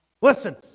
Listen